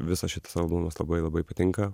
visas šitas albumas labai labai patinka